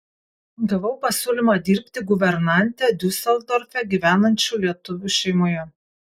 gavau pasiūlymą dirbti guvernante diuseldorfe gyvenančių lietuvių šeimoje